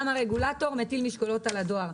גם הרגולטור מטיל משקולות על הדואר.